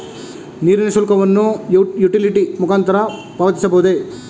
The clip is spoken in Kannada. ನೀರಿನ ಶುಲ್ಕವನ್ನು ಯುಟಿಲಿಟಿ ಮುಖಾಂತರ ಪಾವತಿಸಬಹುದೇ?